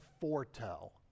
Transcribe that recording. foretell